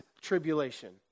tribulation